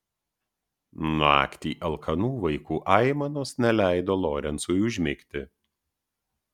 naktį alkanų vaikų aimanos neleido lorencui užmigti